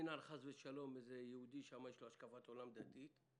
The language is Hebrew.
ושלום איזה יהודי שם יש לו השקפת עולם דתית,